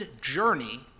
journey